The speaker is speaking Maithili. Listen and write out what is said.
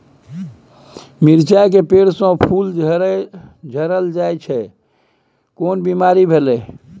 मिर्चाय के पेड़ स फूल झरल जाय छै केना बीमारी भेलई?